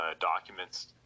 documents